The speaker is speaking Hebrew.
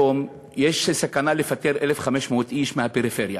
היום יש סכנה של פיטורי 1,500 איש מהפריפריה.